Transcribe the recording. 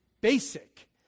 basic